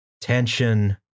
tension